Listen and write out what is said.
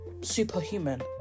superhuman